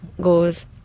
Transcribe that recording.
goes